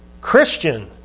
Christian